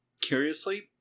curiously